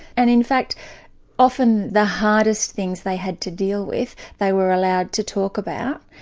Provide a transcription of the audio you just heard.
and in fact often the hardest things they had to deal with they were allowed to talk about.